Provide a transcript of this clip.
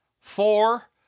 four